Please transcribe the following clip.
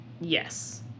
Yes